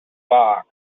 box